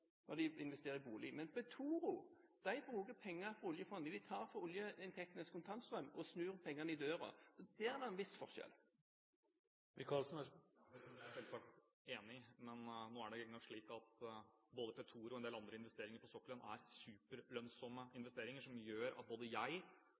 når de investerer i bolig. Men Petoro bruker penger fra oljefondet. Vi tar fra oljeinntektenes kontantstrøm og snur pengene i døra, og det er en viss forskjell. Det er jeg selvsagt enig i, men nå er det jo slik at både Petoro og en del andre investeringer på sokkelen er superlønnsomme